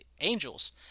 Angels